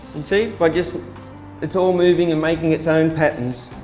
and see by just it's all moving and making it's own patterns.